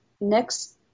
next